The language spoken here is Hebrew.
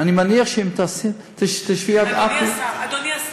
אני מניח שאם תשבי, אדוני השר,